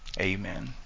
amen